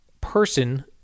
person